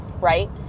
right